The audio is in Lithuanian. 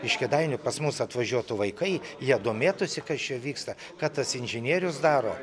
iš kėdainių pas mus atvažiuotų vaikai jie domėtųsi kas čia vyksta ką tas inžinierius daro